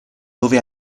dove